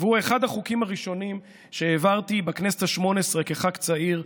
והוא אחד החוקים הראשונים שהעברתי בכנסת השמונה-עשרה כחבר כנסת צעיר,